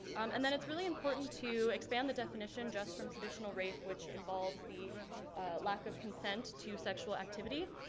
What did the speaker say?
um and then it's really important to expand the definition just from traditional rape, which involves the lack of consent to sexual activity.